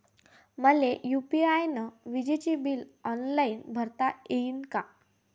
मले यू.पी.आय न विजेचे बिल ऑनलाईन भरता येईन का?